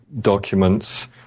documents